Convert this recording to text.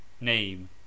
name